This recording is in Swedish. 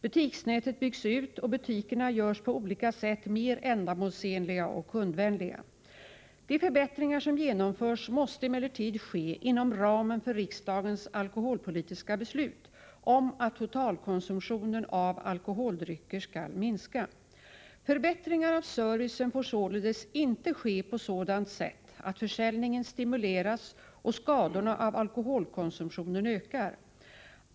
Butiksnätet byggs ut, och butikerna görs på olika sätt mer ändamålsenliga och ”kundvänliga”. De förbättringar som genomförs måste emellertid ske inom ramen för riksdagens alkoholpolitiska beslut om att totalkonsumtionen av alkoholdrycker skall minska. Förbättringar av servicen får således inte ske på sådant sätt att försäljningen stimuleras och skadorna av alkoholkonsumtionen ökar.